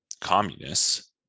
communists